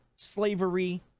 slavery